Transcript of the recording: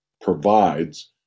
provides